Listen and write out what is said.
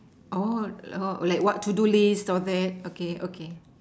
orh like what to do list all that okay okay